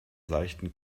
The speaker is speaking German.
seichten